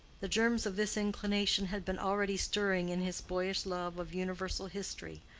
the germs of this inclination had been already stirring in his boyish love of universal history,